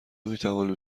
میتوانیم